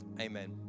amen